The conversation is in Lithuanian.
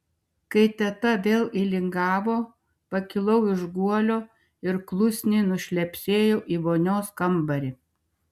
kai teta vėl įlingavo pakilau iš guolio ir klusniai nušlepsėjau į vonios kambarį